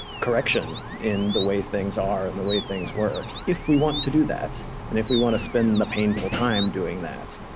correction in the way things are and the way things work, if we want to do that and if we want to spend the painful time doing that.